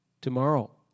tomorrow